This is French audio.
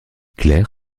clair